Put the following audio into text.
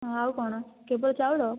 ହଁ ଆଉ କ'ଣ କେବଳ ଚାଉଳ